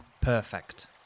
perfect